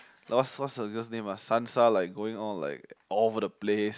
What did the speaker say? what's what's the girls name ah Sansa like going all like all over the place